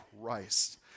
Christ